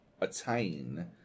attain